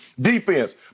defense